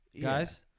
guys